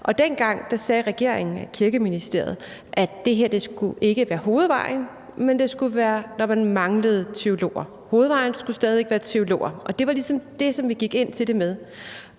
Dengang sagde regeringen, Kirkeministeriet, at det her ikke skulle være hovedvejen, men det skulle være, når man manglede teologer. Hovedvejen skulle stadig væk være teologiuddannelsen. Det var ligesom det, vi gik ind til det med.